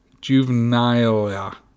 juvenilia